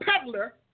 peddler